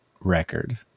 record